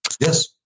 yes